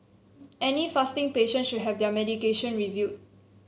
any fasting patient should have their medication reviewed